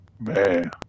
Man